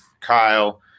Kyle